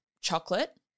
chocolate